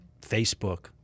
Facebook